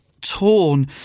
torn